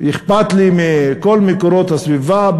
אכפת לי מכל מקורות הסביבה,